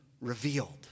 revealed